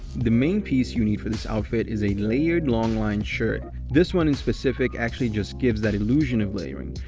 the main piece you need for this outfit is a layered long-line shirt. this one in specific actually just gives that illusion of layering.